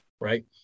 right